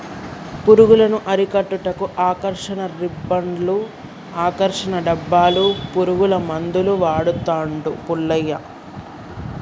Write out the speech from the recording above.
పురుగులను అరికట్టుటకు ఆకర్షణ రిబ్బన్డ్స్ను, ఆకర్షణ డబ్బాలు, పురుగుల మందులు వాడుతాండు పుల్లయ్య